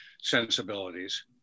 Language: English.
sensibilities